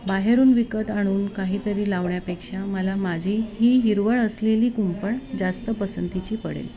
बाहेरून विकत आणून काहीतरी लावण्यापेक्षा मला माझी ही हिरवळ असलेली कुंपण जास्त पसंतीची पडेल